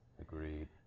Agreed